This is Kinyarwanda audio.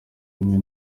imwe